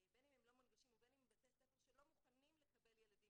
בין אם הם לא מונגשים ובין אם הם בתי ספר שלא מוכנים לקבל ילדים